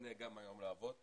נהנה לעבוד היום.